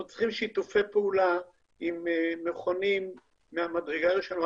אנחנו צריכים שיתופי פעולה עם מכונים מהמדרגה הראשונה.